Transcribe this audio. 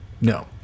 No